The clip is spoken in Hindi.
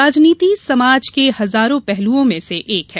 राजनीति समाज के हजारों पहलुओं में से एक है